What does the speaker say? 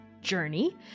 journey